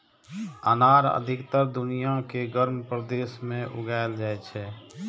अनार अधिकतर दुनिया के गर्म प्रदेश मे उगाएल जाइ छै